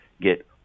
get